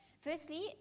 Firstly